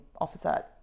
officer